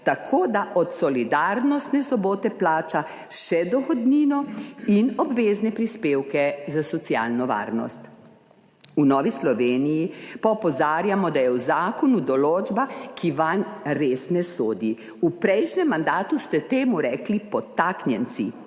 tako da od solidarnostne sobote plača še dohodnino in obvezne prispevke za socialno varnost. V Novi Sloveniji pa opozarjamo, da je v zakonu določba, ki vanj res ne sodi. V prejšnjem mandatu ste temu rekli podtaknjenci.